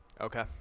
Okay